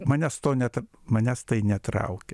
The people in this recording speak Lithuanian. manęs to net manęs tai netraukė